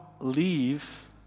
leave